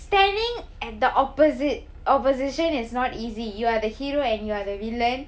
standing at the opposite opposition is not easy you are the hero and you are the villain